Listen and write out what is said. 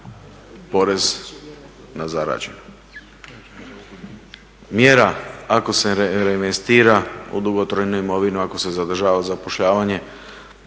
porez na zarađeno. Mjera ako se reinvestira u dugotrajnu imovinu, ako se zadržava zapošljavanje